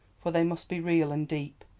for they must be real and deep,